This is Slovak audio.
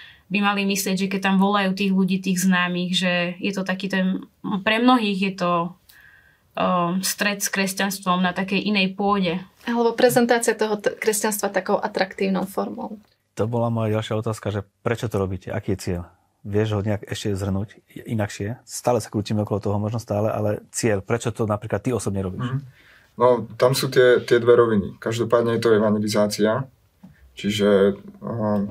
by mali myslieť, že keď tam volajú tých ľudí, tých známych, že je to taký ten- pre mnohých je to, ehm, stret s kresťanstvom na takej inej pôde. Alebo prezentácia toho t- kresťanstva takou atraktívnou formou. To bola moja ďalšia otázka, že prečo to robíte? Aký je cieľ? Vieš ho nejak ešte zhrnúť? Inakšie? Stále sa krútime okolo toho, možno stále, ale cieľ, prečo to napríklad ty osobne robíš? Mhm. No, tam sú tie- tie dve roviny. Každopádne je to evangelizácia, čiže, ehm,